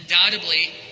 undoubtedly